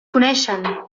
coneixen